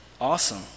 awesome